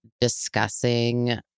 discussing